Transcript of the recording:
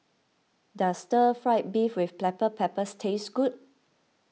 does Stir Fried Beef with Black Pepper taste good